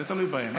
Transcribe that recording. זה תלוי בהם.